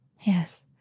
Yes